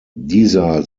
dieser